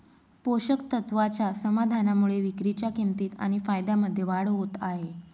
पोषक तत्वाच्या समाधानामुळे विक्रीच्या किंमतीत आणि फायद्यामध्ये वाढ होत आहे